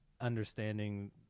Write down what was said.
understanding